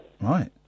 Right